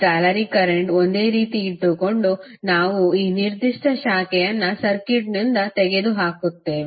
ಜಾಲರಿ ಕರೆಂಟ್ಗಳನ್ನು ಒಂದೇ ರೀತಿ ಇಟ್ಟುಕೊಂಡು ನಾವು ಈ ನಿರ್ದಿಷ್ಟ ಶಾಖೆಯನ್ನು ಸರ್ಕ್ಯೂಟ್ನಿಂದ ತೆಗೆದುಹಾಕುತ್ತೇವೆ